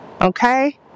Okay